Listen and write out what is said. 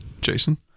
Jason